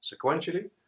sequentially